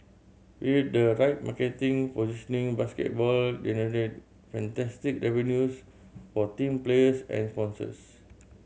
with the right marketing positioning basketball generate fantastic revenues for team players and sponsors